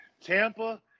Tampa